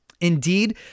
Indeed